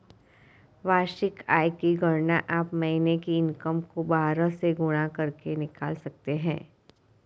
वार्षिक आय की गणना आप महीने की इनकम को बारह से गुणा करके निकाल सकते है